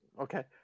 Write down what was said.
okay